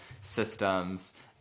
systems